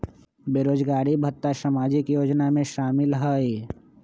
बेरोजगारी भत्ता सामाजिक योजना में शामिल ह ई?